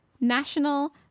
National